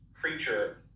creature